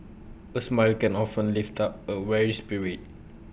A smile can often lift up A weary spirit